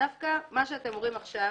דווקא מה שאתם אומרים עכשיו,